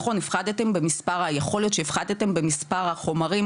יכול להיות שהפחתתם במספר החומרים